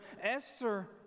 esther